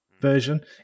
version